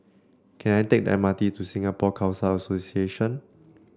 can I take the M R T to Singapore Khalsa Association